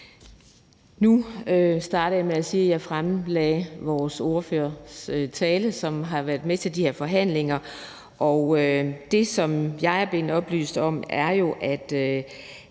Nu startede jeg med at sige, at jeg fremførte talen fra vores ordfører, som har været med til de her forhandlinger. Og det, som jeg er blevet oplyst om, er jo, at